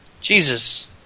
Jesus